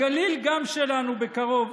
הגליל גם שלנו בקרוב.